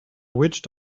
witch